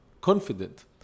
confident